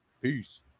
Peace